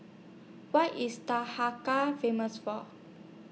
What IS Famous For